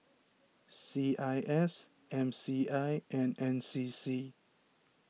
C I S M C I and N C C